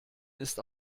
ist